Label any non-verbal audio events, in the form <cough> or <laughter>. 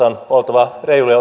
<unintelligible> on oltava reilu ja <unintelligible>